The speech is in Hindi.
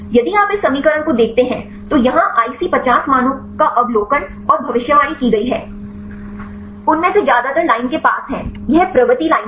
यदि आप इस समीकरण को देखते हैं तो यहां IC50 मानों का अवलोकन और भविष्यवाणी की गई है उनमें से ज्यादातर लाइन के पास हैं यह प्रवृत्ति लाइन है